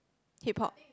Hip-Hop